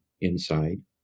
inside